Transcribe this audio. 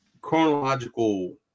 chronological